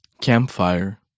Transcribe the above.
Campfire